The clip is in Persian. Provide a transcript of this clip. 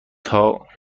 تاگالوگ